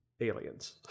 Aliens